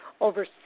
over